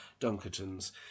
Dunkertons